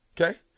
Okay